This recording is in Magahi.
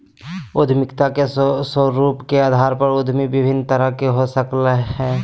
उद्यमिता के स्वरूप के अधार पर उद्यमी विभिन्न तरह के हो सकय हइ